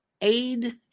aid